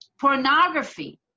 pornography